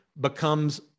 becomes